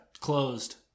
Closed